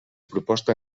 proposta